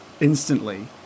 instantly